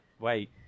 wait